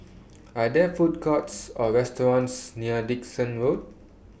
Are There Food Courts Or restaurants near Dickson Road